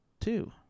two